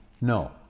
no